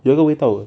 有一个味道 uh